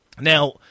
Now